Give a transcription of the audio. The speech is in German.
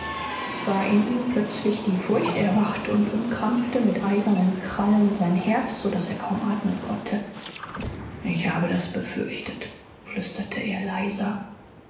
es war in ihm plötzlich die furcht erwacht und umkrampfte mit eisernen krallen sein herz so daß er kaum atmen konnte ich habe das befürchtet flüsterte er leiser